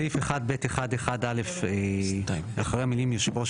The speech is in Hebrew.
בסעיף 1(ב1)(1)(א) אחרי המילים 'יושב ראש